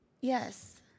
Yes